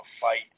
fight